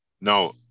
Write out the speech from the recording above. No